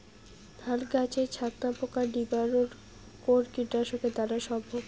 ধান গাছের ছাতনা পোকার নিবারণ কোন কীটনাশক দ্বারা সম্ভব?